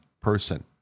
person